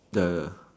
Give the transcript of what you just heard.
ya ya ya